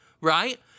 right